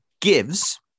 gives